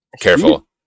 Careful